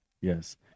yes